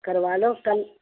کروا لو کل